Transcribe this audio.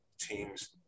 teams